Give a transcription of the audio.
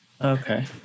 Okay